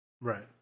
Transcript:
Right